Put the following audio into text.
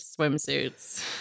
swimsuits